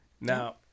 Now